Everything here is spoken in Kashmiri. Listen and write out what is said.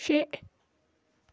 شےٚ